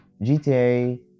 gta